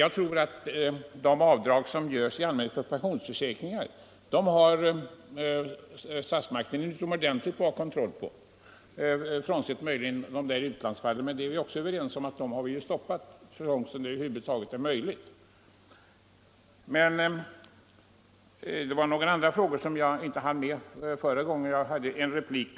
Jag tror dock att statsmakterna har utomordentligt god kontroll över de avdrag som görs för pensionsförsäkringar — möjligen frånsett utlandsfallen, men vi är ju överens om att vi har stoppat dessa så långt som det över huvud taget är möjligt. Jag skall också ta upp några frågor som jag inte hann beröra i min förra replik.